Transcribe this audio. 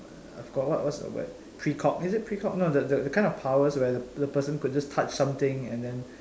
uh I forgot what what what's the word precog is it precog no no no the the kind of powers where the the person could just touch something and then